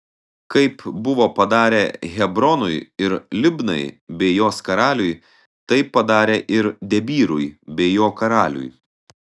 kaip buvo padarę hebronui ir libnai bei jos karaliui taip padarė ir debyrui bei jo karaliui